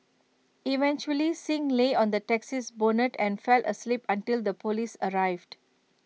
eventually Singh lay on the taxi's bonnet and fell asleep until the Police arrived